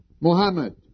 Muhammad